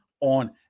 on